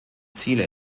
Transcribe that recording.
ziele